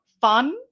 fun